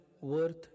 worth